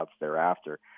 thereafter